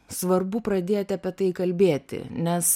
svarbu pradėti apie tai kalbėti nes